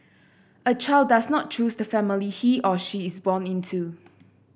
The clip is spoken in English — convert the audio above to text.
a child does not choose the family he or she is born into